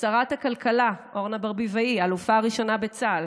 שרת הכלכלה אורנה ברביבאי, האלופה הראשונה בצה"ל